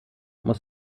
muss